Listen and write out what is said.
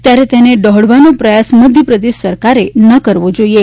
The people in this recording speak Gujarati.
ત્યારે તેણે ડહોળવાનો પ્રયાસ મધ્યપ્રદેશ સરકારે ન કરવો જોઈએ